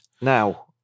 Now